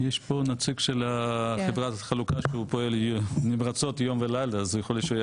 יש פה נציג של חברת החלוקה שהוא פועל נמרצות יום ולילה אז הוא יכול.